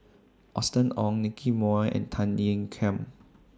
Austen Ong Nicky Moey and Tan Ean Kiam